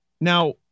Now